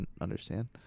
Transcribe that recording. understand